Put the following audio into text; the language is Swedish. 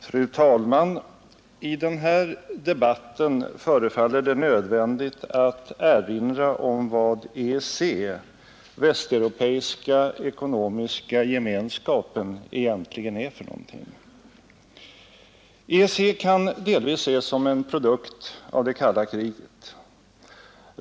Fru talman! I den här debatten förefaller det nödvändigt att erinra om vad EEC — Västeuropeiska ekonomiska gemenskapen — egentligen är för någonting. EEC kan delvis ses som en produkt av det kalla kriget.